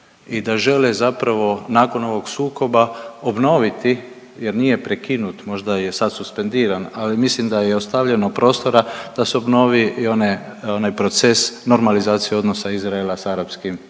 i da žele zapravo nakon ovog sukoba obnoviti jer nije prekinut, možda je sad suspendiran, ali mislim da je ostavljeno prostora da se obnovi i onaj proces normalizacije odnosa Izraela sa arapskim